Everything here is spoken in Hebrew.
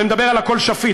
אני מדבר על "הכול שפיט",